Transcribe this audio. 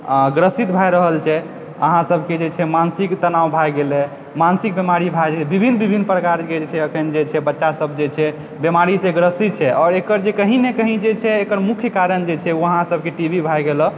ग्रसित भै रहल छै अहाँ सबके जे छै मानसिक तनाव भैए गेलय मानसिक बीमारी भए गेलय विभिन्न विभिन्न प्रकार के जे छै अखन जे छै बच्चा सब जे छै बीमारी से ग्रसित छै आओर एकर जे कही ने कही जे छै एकर मुख्य कारण जे छै ओ अहाँ सबके टी वी भै गेल हँ